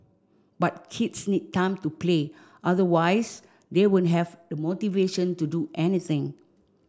but kids need time to play otherwise they won't have the motivation to do anything